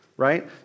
Right